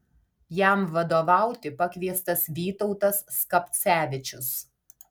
jam vadovauti pakviestas vytautas skapcevičius